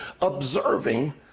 observing